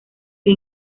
que